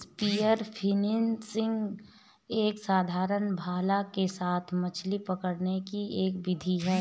spear fishing एक साधारण भाला के साथ मछली पकड़ने की एक विधि है